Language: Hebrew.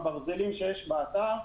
הברזלים שיש באתר,